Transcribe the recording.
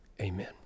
Amen